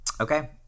Okay